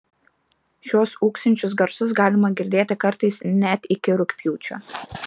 šiuos ūksinčius garsus galima girdėti kartais net iki rugpjūčio